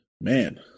Man